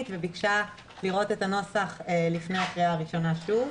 וביקשה לראות את הנוסח לפני הקריאה הראשונה שוב.